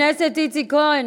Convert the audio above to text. חבר הכנסת איציק כהן,